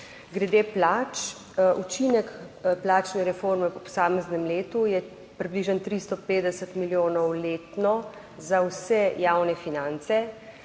Glede plač. Učinek plačne reforme v posameznem letu je približno 350 milijonov letno za vse javne finance.